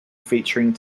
featuring